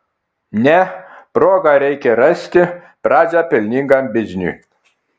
ne progą reikia rasti pradžią pelningam bizniui